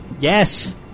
yes